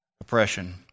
oppression